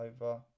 over